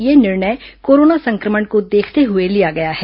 यह निर्णय कोरोना संक्रमण को देखते हुए लिया गया है